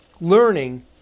learning